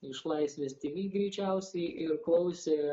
iš laisvės tv greičiausiai ir klausė